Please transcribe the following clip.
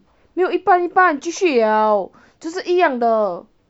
没有一半一半继续 liao 就是一样的